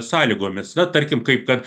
sąlygomis na tarkim kaip kad